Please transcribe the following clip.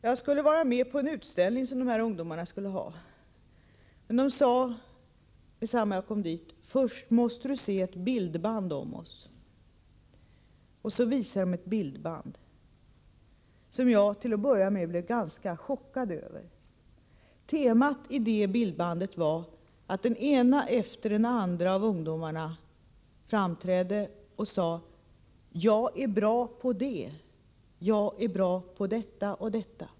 Jag skulle vara med på en utställning som de här ungdomarna skulle ha, men de sade med detsamma jag kom dit: Först måste du se ett bildband om oss. Och så visade de ett bildband, som jag till att börja med blev ganska chockad över. På bildbandet framträdde den ena efter den andra av ungdomarna och sade: Jag är bra på det. Jag är bra på detta och detta.